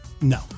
No